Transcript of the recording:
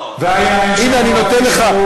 קריאת שמע: "והיה אם שמע תשמעו אל